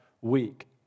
week